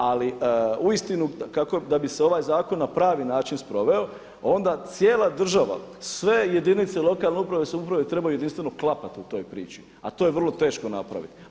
Ali uistinu da bi se ovaj zakon na pravi način sproveo, onda cijela država, sve jedinice lokalne uprave i samouprave trebaju jedinstveno klapat u toj priči, a to je vrlo teško napraviti.